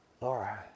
Laura